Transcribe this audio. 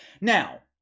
Now